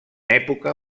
època